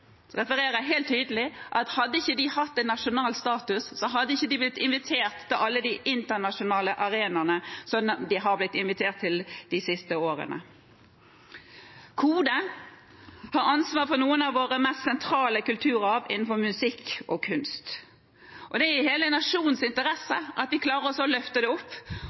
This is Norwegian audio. refererer helt tydelig at hadde ikke de hatt en nasjonal status, så hadde de ikke blitt invitert til alle de internasjonale arenaene som de har blitt invitert til de siste årene. KODE har ansvaret for noe av vår mest sentrale kulturarv innenfor musikk og kunst, og det er i hele nasjonens interesse at vi klarer å løfte det opp.